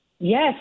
Yes